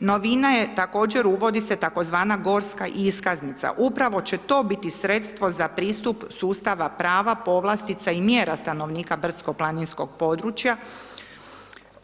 Novina je, također uvodi se tzv. Gorska iskaznica, upravo će to biti sredstvo za pristup sustava prava, povlastica i mjera stanovnika brdsko planinskog područja,